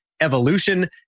evolution